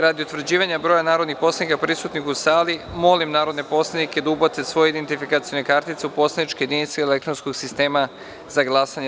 Radi utvrđivanja broja narodnih poslanika prisutnih u sali, molim narodne poslanike da ubace svoje identifikacione kartice u poslaničke jedinice elektronskog sistema za glasanje.